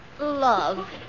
love